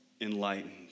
enlightened